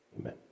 Amen